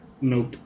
nope